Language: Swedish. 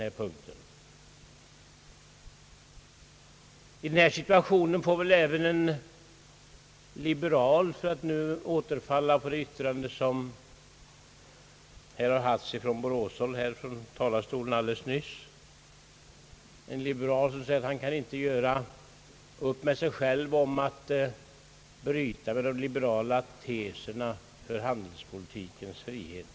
Här sades nyss från talarstolen av en liberal ledamot från boråstrakten, att han inte kan göra upp med sig själv om att bryta med de liberala teserna om handelspolitikens frihet.